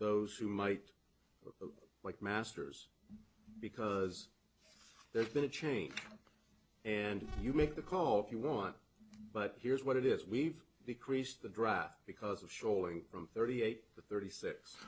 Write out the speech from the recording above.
those who might like masters because there's been a change and you make the call if you want but here's what it is we've creased the draft because of shoaling thirty eight thirty six